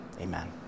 amen